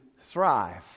thrive